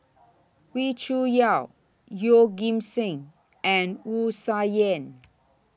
Wee Cho Yaw Yeoh Ghim Seng and Wu Tsai Yen